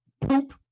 poop